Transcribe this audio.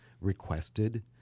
requested